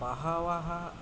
बहवः